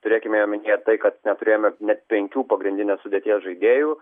turėkime omenyje tai kad neturėjome net penkių pagrindinės sudėties žaidėjų